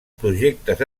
projectes